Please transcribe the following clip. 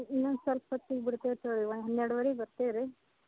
ಇನ್ನೊಂದು ಸ್ವಲ್ಪ್ ಹೊತ್ತಿಗೆ ಬಿಡ್ತೇವೆ ತೋರಿ ಒಂದು ಹನ್ನೆರಡುವರಿಗೆ ಬರ್ತೇವೆ ರೀ